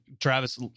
Travis